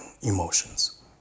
emotions